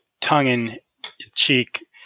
tongue-in-cheek